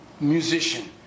musician